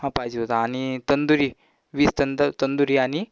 हां पाहिजे होतं आणि तंदुरी वीस तंदं तंदुरी आणि